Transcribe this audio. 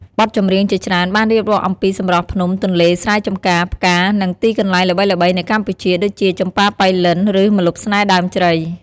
បទចម្រៀងជាច្រើនបានរៀបរាប់អំពីសម្រស់ភ្នំ ទន្លេ ស្រែចំការ ផ្កា និងទីកន្លែងល្បីៗនៅកម្ពុជា ដូចជា ចំប៉ាប៉ៃលិន ឬ ម្លប់ស្នេហ៍ដើមជ្រៃ។